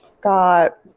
Got